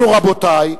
אנחנו, רבותי,